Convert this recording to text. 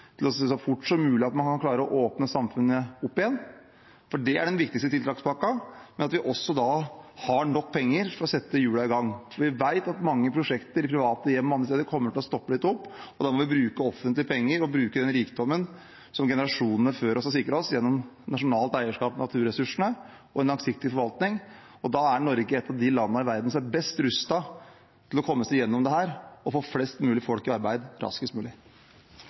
til å se at man så fort som mulig kan klare å åpne samfunnet opp igjen, for det er den viktigste tiltakspakken, men at vi også da har nok penger til å sette hjulene i gang. Vi vet at mange prosjekter i private hjem og andre steder kommer til å stoppe litt opp, og da må vi bruke offentlige penger, bruke den rikdommen som generasjonene før oss har sikret oss gjennom nasjonalt eierskap til naturressursene og en langsiktig forvaltning. Da er Norge et av de landene i verden som er best rustet til å komme seg gjennom dette og få flest mulig i arbeid raskest mulig.